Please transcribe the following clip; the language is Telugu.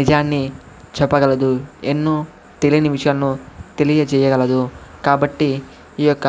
నిజాన్ని చెప్పగలదు ఎన్నో తెలియని విషయాలను తెలియజేయగలదు కాబట్టి ఈ యొక్క